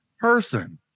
person